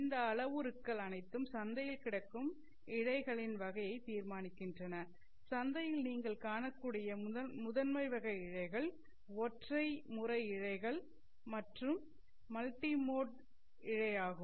இந்த அளவுருக்கள் அனைத்தும் சந்தையில் கிடைக்கும் இழைகளின் வகையை தீர்மானிக்கின்றன சந்தையில் நீங்கள் காணக்கூடிய முதன்மை வகை இழைகள் ஒற்றை முறை இழை மற்றும் மல்டி மோட் இழை ஆகும்